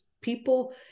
people